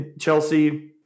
Chelsea